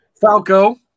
Falco